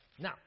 Now